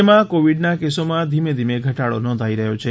રાજ્યમાં કોવિડના કેસોમાં ધીમે ધીમે ઘટાડો નોંધાઈ રહ્યો છે